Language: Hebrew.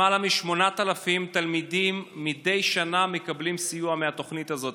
למעלה מ-8,000 תלמידים מדי שנה מקבלים סיוע מהתוכנית הזאת.